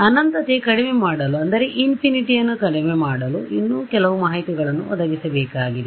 ಆದ್ದರಿಂದ ಅನಂತತೆ ಕಡಿಮೆ ಮಾಡಲು ಇನ್ನೂ ಕೆಲವು ಮಾಹಿತಿಗಳನ್ನು ಒದಗಿಸಬೇಕಾಗಿದೆ